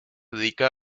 dedica